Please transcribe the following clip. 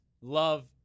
love